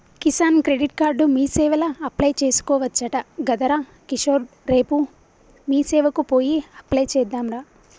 Kisan credit card మీసేవల apply చేసుకోవచ్చట గదరా కిషోర్ రేపు మీసేవకు పోయి అప్లై చెద్దాంరా